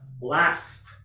last